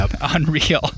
unreal